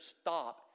stop